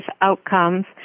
Outcomes